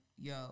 Yo